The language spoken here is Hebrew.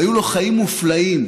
היו לו חיים מופלאים,